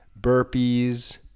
burpees